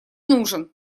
нужен